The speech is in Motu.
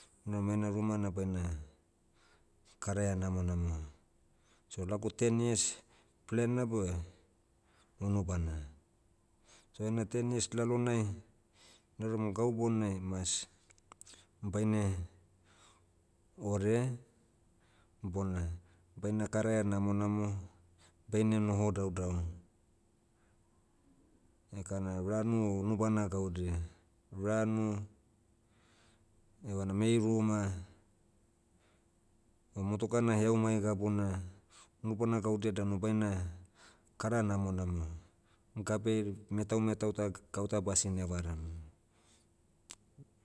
Nam ena ruma na baina, karaia namonamo, so lagu ten years, plan nabe, unubana. Toh ena ten years lalonai, nauram gau bounai mas, baine, ore, bona, baina karaia namonamo, baine noho daudau. Ekana ranu o unubana gaudia. Ranu, evana mei ruma, o motuka na heau mai gabuna, nubana gaudia danu baina, kara namonamo, gabeai metau metau ta gauta basine varamu.